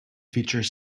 feature